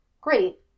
Great